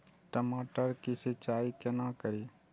टमाटर की सीचाई केना करी?